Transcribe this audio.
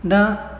दा